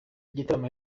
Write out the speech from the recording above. igitaramo